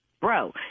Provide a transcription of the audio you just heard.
Bro